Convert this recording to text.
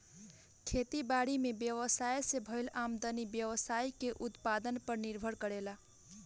खेती बारी में व्यवसाय से भईल आमदनी व्यवसाय के उत्पादन पर निर्भर करेला